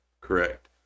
Correct